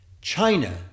China